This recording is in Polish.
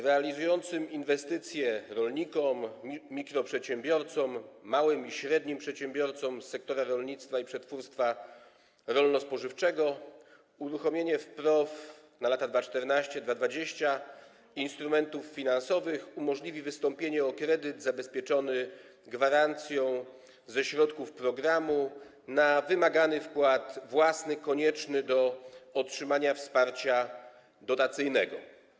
Realizującym inwestycje rolnikom, mikroprzedsiębiorcom, małym i średnim przedsiębiorcom z sektora rolnictwa i przetwórstwa rolno-spożywczego uruchomienie w PROW na lata 2014–2020 instrumentów finansowych umożliwi wystąpienie o kredyt zabezpieczony gwarancją ze środków programu na wymagany wkład własny konieczny do otrzymania wsparcia dotacyjnego.